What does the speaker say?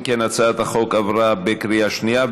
אם כן, הצעת החוק עברה בקריאה שנייה.